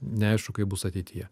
neaišku kaip bus ateityje